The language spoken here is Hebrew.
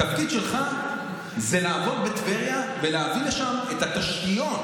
התפקיד שלך זה לעבוד בטבריה ולהביא לשם את התשתיות,